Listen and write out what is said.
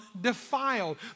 defiled